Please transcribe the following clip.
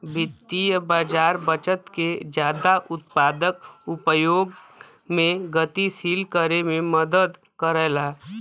वित्तीय बाज़ार बचत के जादा उत्पादक उपयोग में गतिशील करे में मदद करला